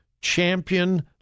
Champion